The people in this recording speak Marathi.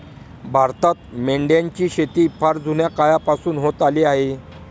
भारतात मेंढ्यांची शेती फार जुन्या काळापासून होत आली आहे